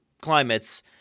climates –